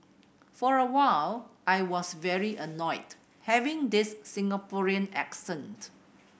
for a while I was very annoyed having this Singaporean accent